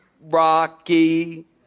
Rocky